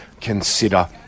consider